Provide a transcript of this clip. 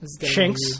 Shanks